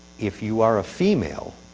if you are a female